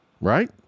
Right